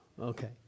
Okay